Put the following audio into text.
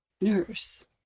nurse